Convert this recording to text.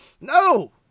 No